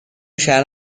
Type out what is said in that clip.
شهر